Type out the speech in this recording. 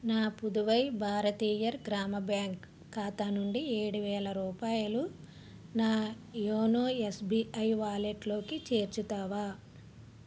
నా పుదువై భారతీయర్ గ్రామ బ్యాంక్ ఖాతా నుండి ఏడువేల రూపాయలు నా యోనో ఎస్బీఐ వాలట్లోకి చేర్చుతావా